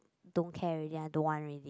don't care already I don't want already